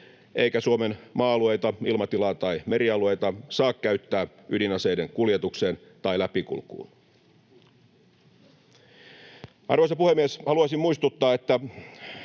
eikä Suomen maa-alueita, ilmatilaa tai merialueita saa käyttää ydinaseiden kuljetukseen tai läpikulkuun. Arvoisa puhemies! Haluaisin muistuttaa, että